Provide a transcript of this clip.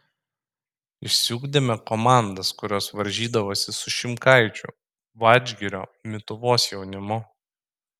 išsiugdėme komandas kurios varžydavosi su šimkaičių vadžgirio mituvos jaunimu